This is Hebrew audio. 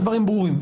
הדברים ברורים.